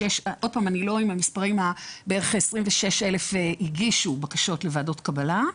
בערך 26,000 הגישו בקשות לוועדות קבלה.